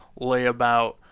layabout